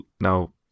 now